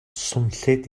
swnllyd